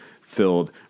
filled